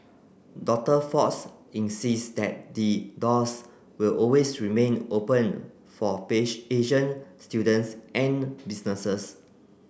Doctor Fox insists that the doors will always remain open for Asian students and businesses